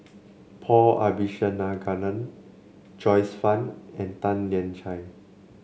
Paul Abisheganaden Joyce Fan and Tan Lian Chye